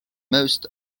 most